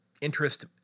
interest